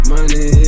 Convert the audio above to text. Money